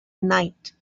night